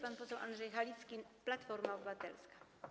Pan poseł Andrzej Halicki, Platforma Obywatelska.